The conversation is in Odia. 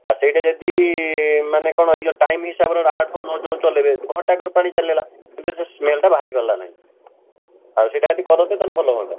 ଆଉ ସେଇଟା ଯଦି ମାନେ କ'ଣ ଏ ଯେଉଁ ଟାଇମ୍ ହିସାବରେ ଆଠରୁ ନଅ ଯେଉଁ ଚଲାଇବେ ଘଣ୍ଟାକର ପାଣି ଚାଲିଗଲା କିନ୍ତୁ ସେ ସ୍ମେଲ୍ଟା ବାହାରି ପାରିଲା ନାହିଁ ଆଉ ସେଇଟା ଯଦି କରନ୍ତେ ତା'ହେଲେ ଭଲ ହୁଅନ୍ତା